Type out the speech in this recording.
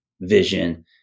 vision